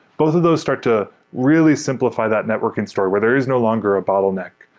both of those start to really simplify that networking store where there is no longer a bottleneck.